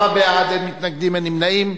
עשרה בעד, אין מתנגדים, אין נמנעים.